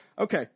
okay